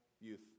youth